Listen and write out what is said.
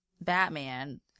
batman